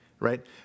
Right